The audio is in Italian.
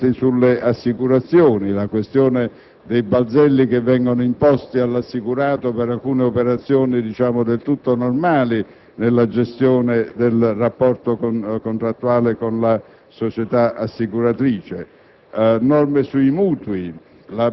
Ci sono norme rilevanti sulle assicurazioni, per eliminare i balzelli che vengono imposti all'assicurato per alcune operazioni del tutto normali nella gestione del rapporto contrattuale con la società assicuratrice.